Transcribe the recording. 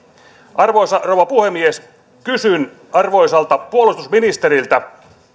arvoisa rouva puhemies kysyn arvoisalta puolustusministeriltä